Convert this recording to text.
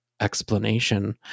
explanation